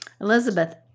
Elizabeth